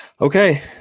Okay